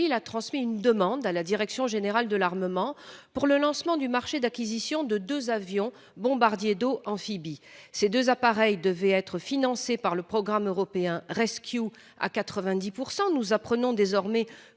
a transmis une demande à la direction générale de l'armement (DGA) pour le lancement du marché d'acquisition de deux avions bombardiers d'eau amphibies. Ces deux appareils devaient être financés par le programme européen RescEU à 90 %, mais nous venons